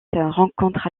rencontre